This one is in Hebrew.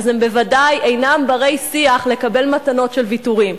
אז הם ודאי אינם בני-שיח לקבל מתנות של ויתורים.